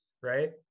right